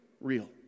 Real